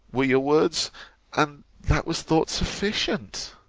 were your words and that was thought sufficient.